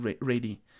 ready